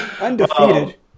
Undefeated